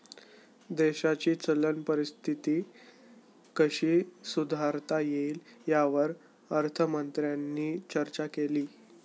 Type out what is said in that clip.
देशाची चलन परिस्थिती कशी सुधारता येईल, यावर अर्थमंत्र्यांनी चर्चा केली